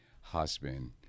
husband